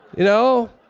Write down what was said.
you know,